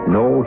no